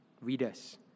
readers